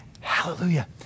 Hallelujah